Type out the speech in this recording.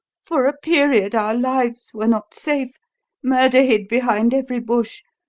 for a period, our lives were not safe murder hid behind every bush,